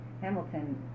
Hamilton